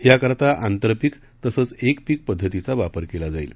याकरता आंतरपिक तसंच एकपिक पद्धतीचा वापर केला जाईल